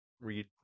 read